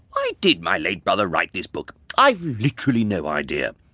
why did my late brother write this book, i've literally no idea.